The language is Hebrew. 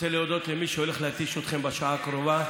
רוצה להודות למי שהולך להתיש אתכם בשעה הקרובה,